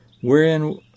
wherein